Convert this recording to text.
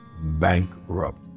bankrupt